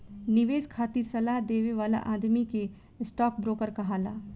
निवेश खातिर सलाह देवे वाला आदमी के स्टॉक ब्रोकर कहाला